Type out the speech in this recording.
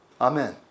Amen